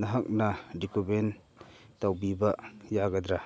ꯅꯍꯥꯛꯅ ꯔꯤꯀꯨꯃꯦꯟ ꯇꯧꯕꯤꯕ ꯌꯥꯒꯗ꯭ꯔꯥ